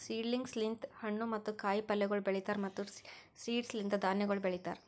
seedlings ಲಿಂತ್ ಹಣ್ಣು ಮತ್ತ ಕಾಯಿ ಪಲ್ಯಗೊಳ್ ಬೆಳೀತಾರ್ ಮತ್ತ್ ಸೀಡ್ಸ್ ಲಿಂತ್ ಧಾನ್ಯಗೊಳ್ ಬೆಳಿತಾರ್